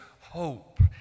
hope